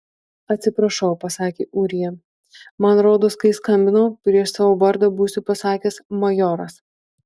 atsiprašau pasakė ūrija man rodos kai skambinau prieš savo vardą būsiu pasakęs majoras